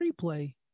replay